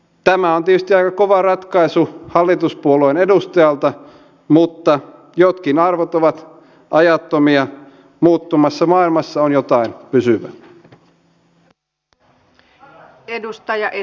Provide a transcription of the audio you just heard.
tämä on tietysti aika kova ratkaisu hallituspuolueen edustajalta mutta jotkin arvot ovat ajattomia muuttuvassa maailmassa on jotain pysyvää